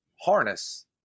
harness